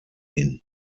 hin